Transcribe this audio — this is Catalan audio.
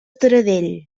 taradell